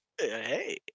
hey